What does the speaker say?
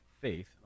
faith